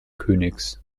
königs